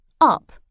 Up